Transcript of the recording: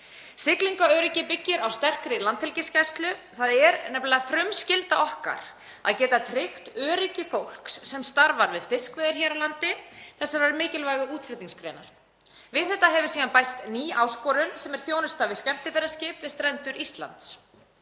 Siglingaöryggi byggir á sterkri landhelgisgæslu. Það er nefnilega frumskylda okkar að geta tryggt öryggi fólks sem starfar við fiskveiðar hér á landi, þessa mikilvægu útflutningsgrein. Við þetta hefur síðan bæst ný áskorun sem er þjónusta við skemmtiferðaskip við strendur Íslands.